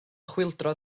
chwyldro